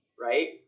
Right